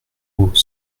aux